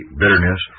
bitterness